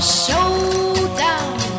showdown